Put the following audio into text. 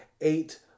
eight